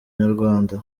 nyarwanda